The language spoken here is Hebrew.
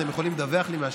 אתם יכולים לדווח לי מהשטח?